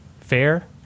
fair